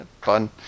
Fun